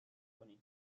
کنید